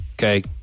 Okay